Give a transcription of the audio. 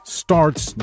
starts